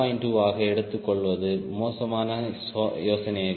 2 ஆக எடுத்துக்கொள்வது மோசமான யோசனையல்ல